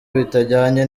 bitajyanye